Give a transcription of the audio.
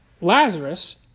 Lazarus